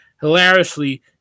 Hilariously